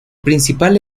principal